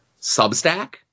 substack